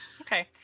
okay